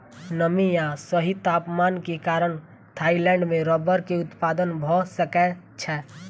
नमी आ सही तापमान के कारण थाईलैंड में रबड़ के उत्पादन भअ सकै छै